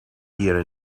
here